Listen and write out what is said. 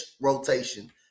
rotation